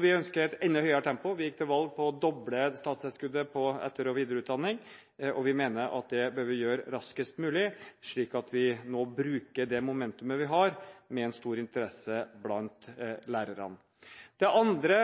Vi ønsker et enda høyere tempo. Vi gikk til valg på å doble statstilskuddet til etter- og videreutdanning. Vi mener at det bør vi gjøre raskest mulig, slik at vi nå bruker det momentumet vi har, med en stor interesse blant lærerne. Det andre